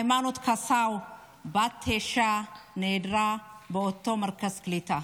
היימנוט קסאו בת התשע נעדרת מאותו מרכז קליטה.